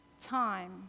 time